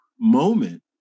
moment